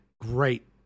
Great